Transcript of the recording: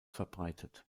verbreitet